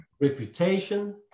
reputation